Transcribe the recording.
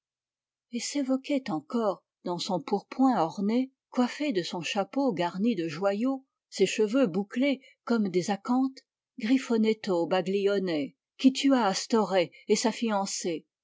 et s'évoquait encore dans son pourpoint orné coiffé de son chapeau garni de joyaux ses cheveux bouclés comme des acanthes grifîbnetto baglione qui tua astorre et sa fiancée